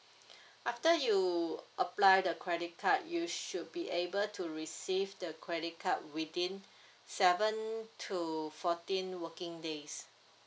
after you apply the credit card you should be able to receive the credit card within seven to fourteen working days